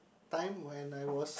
time when I was